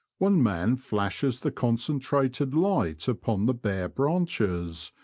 one man flashes the concen trated light upon the bare branches,